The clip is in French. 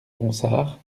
ronsard